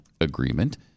agreement